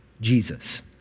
Jesus